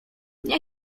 nie